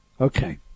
Okay